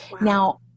Now